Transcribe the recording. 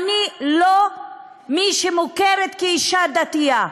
ואני לא מי שמוכּרת כאישה דתייה,